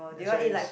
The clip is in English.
that's why is